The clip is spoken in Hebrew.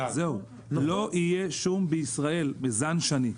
זהו, לא יהיה שום בישראל מזן שני.